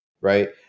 right